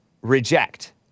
reject